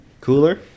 cooler